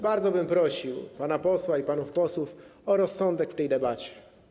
Bardzo bym prosił pana posła i panów posłów o rozsądek w tej debacie.